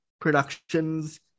productions